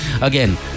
again